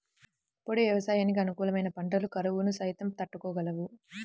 పొడి వ్యవసాయానికి అనుకూలమైన పంటలు కరువును సైతం తట్టుకోగలవు